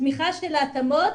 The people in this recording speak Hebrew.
לתמיכה של ההתאמות,